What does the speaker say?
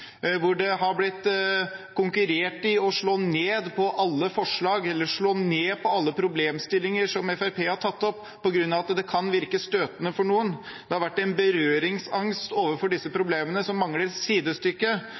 hvor det har blitt konkurrert i å slå ned på alle forslag eller problemstillinger som Fremskrittspartiet har tatt opp, på grunn av at det kan virke støtende for noen. Det har vært en berøringsangst overfor disse problemene som mangler sidestykke.